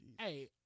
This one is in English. Hey